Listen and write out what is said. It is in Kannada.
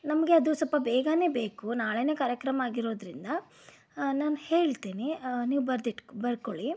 ನಮಗೆ ಅದು ಸ್ವಲ್ಪ ಬೇಗನೇ ಬೇಕು ನಾಳೆನೇ ಕಾರ್ಯಕ್ರಮ ಆಗಿರೋದರಿಂದ ನಾನು ಹೇಳ್ತೀನಿ ನೀವು ಬರೆದಿಟ್ಕೊ ಬರ್ಕೊಳ್ಳಿ